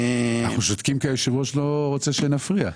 אנחנו שותקים כי היושב ראש לא רוצה שנפריע.